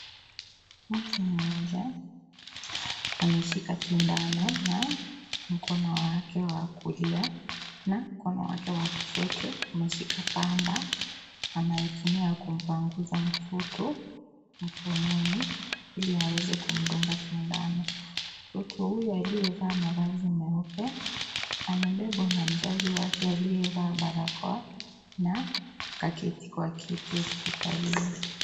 Mtu mmoja ameshika sindano na mkono wake wa kulia na mkono wake wa kushoto umeshika pamba anayotumia kumpanguza mtoto mkononi ili aweze kumdunga sindano. Mtoto huyo aliyevaa mavazi meupe amebebwa na mzazi wake aliyevaa barakoa na kaketi kwa kiti hospitalini.